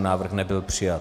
Návrh nebyl přijat.